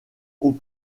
aux